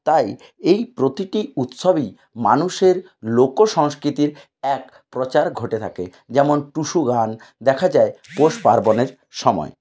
তাই এই প্রতিটি উৎসবই মানুষের লোকসংস্কৃতির এক প্রচার ঘটে থাকে যেমন টুসু গান দেখা যায় পৌষ পার্বণের সময়ে